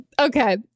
okay